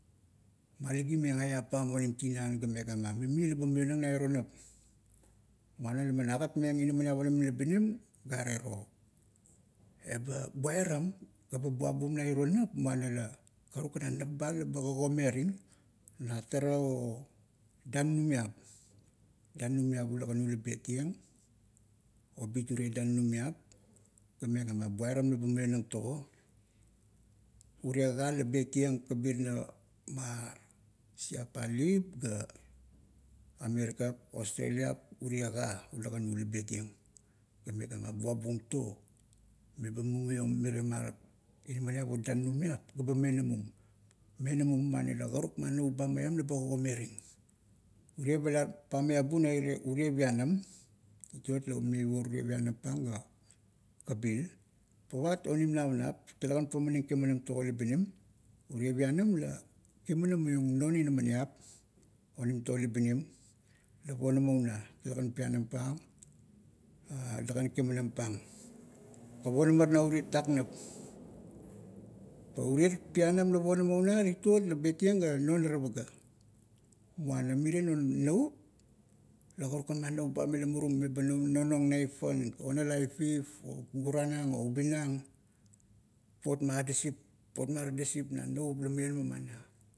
Malagimeng eap pam onim tinan ga mega ma, "mimi leba mionang na iro nap, muana laman agatmeng inaminiap onim labinim, gare ro; "eba buiram, "eba buabum na iro nap, muana la, karukan a nap ba laba kagomering na tara o danunumiap, danunumiap ulakanu la betieng. Obit urie danunumiap, ga megama, buiramlega mionang tago. Urie ka la betieng kabirna ma siapalip, ga amerikap, australiap, urie ka ulakanu la betieng; ga megama, buabum to, meba mumaiong mirie marap inaminip o danunumiap gaba menamun, menamum, muana la karuk ma navup ba maiam leba kagomering. Urie, palar pamaiabu na urie pianam, titot la, meivo urie pianam pang, ga kabil. Pavat onim navanap, talegan pamaning kimanam, maiong non inaminiap onim to labinim la ponnma una, talegan pianam pang a telagan kimanam pang. Pa ponamat na uriet tatak nap. Pa urie pianam la ponama una titot la betieng ga non ara paga. Muana mirie non navup, la karukan ma navup ba mila murum leba nonang naifan onala ifif, guranang, o ubinang, papot ma adasip, papot ma tadasip na navanap la mionama mana.